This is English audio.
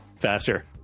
faster